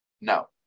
No